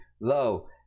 low